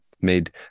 Made